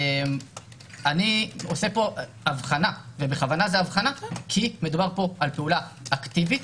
אני עושה פה הבחנה, כי מדובר פה על פעולה אקטיבית.